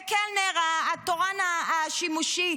וקלנר, התורן השימושי: